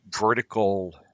vertical